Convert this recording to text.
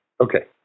Okay